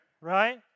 right